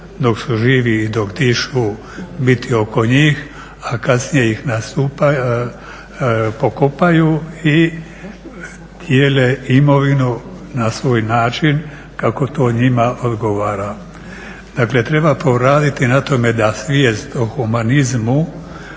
dok su živi i dok dišu biti oko njih, a kasnije ih pokopaju i dijele imovinu na svoj način kako to njima odgovara. Dakle, treba poraditi na tome da svijest o humanizmu,